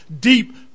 deep